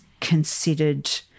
considered